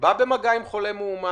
שבא במגע עם חולה מאומת